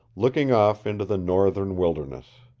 looking off into the northern wilderness.